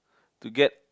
to get